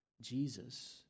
Jesus